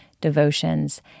devotions